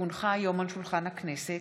כי הונחו היום על שולחן הכנסת,